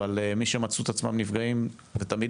אבל מי שמצאו את עצמם נפגעים ותמיד